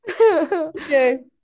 Okay